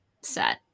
set